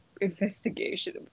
investigation